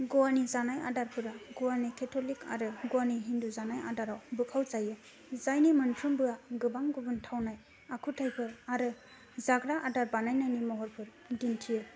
ग'वानि जानाय आदारफोरा ग'वानि केथ'लिक आरो ग'वानि हिन्दु जानाय आदाराव बोखावजायो जायनि मोनफ्रोमबोआ गोबां गुबुन थावनाय आखुथायफोर आरो जाग्रा आदार बानायनायनि महरफोर दिन्थियो